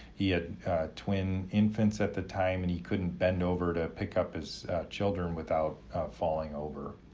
he had twin infants at the time and he couldn't bend over to pick up his children without falling over.